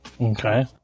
Okay